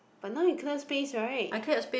but now you cannot space right